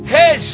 Hey